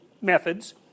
methods